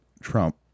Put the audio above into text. Trump